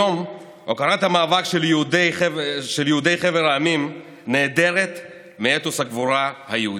היום הוקרת המאבק של יהודי חבר העמים נעדרת מאתוס הגבורה היהודי.